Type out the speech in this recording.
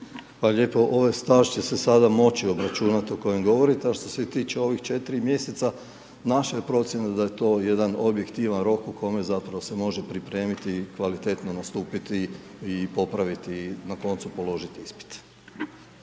lijepo. Ovaj staž će se sada moći obračunati o kojem govorite, a što se tiče ovih 4 mjeseca, naša je procjena da je to jedan objektivan rok u kome, zapravo, se može pripremiti, kvalitetno nastupiti i popraviti i na koncu položiti ispit.